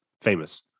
Famous